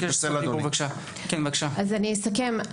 אסכם.